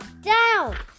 down